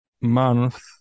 month